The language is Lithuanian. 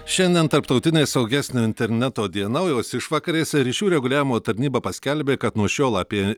šiandien tarptautinė saugesnio interneto diena o jos išvakarėse ryšių reguliavimo tarnyba paskelbė kad nuo šiol apie